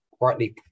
rightly